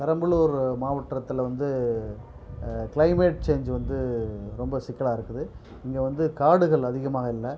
பெரம்பலூர் மாவட்டத்தில் வந்து climate change வந்து ரொம்ப சிக்கலாக இருக்குது இங்கே வந்து காடுகள் அதிகமாக இல்லை